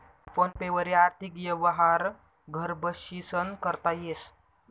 phone पे वरी आर्थिक यवहार घर बशीसन करता येस